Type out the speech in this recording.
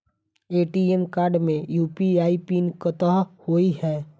ATM card मे UPI PIN कतह होइ है?